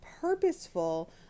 purposeful